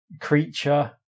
creature